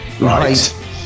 right